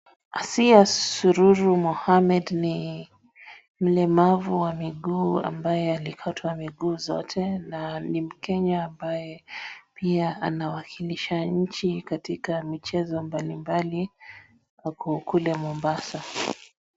Asiya Sururu Mohammed ni mlemavu wa miguu ambaye alikatwa miguu zote na ni mkenya ambaye pia anawakilisha nchi katika michezo mbalimbali wako kule mombasa.